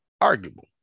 Arguable